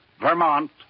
Vermont